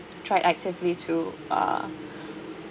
tried actively to uh